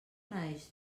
naix